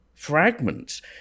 fragments